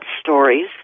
stories